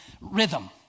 rhythm